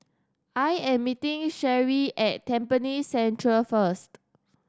I am meeting Sherri at Tampines Central first